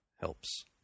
helps